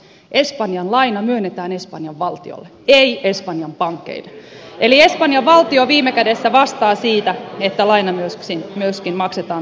espanjan laina myönnetään espanjan valtiolle ei espanjan pankeille eli espanjan valtio viime kädessä vastaa siitä että laina myöskin maksetaan takaisin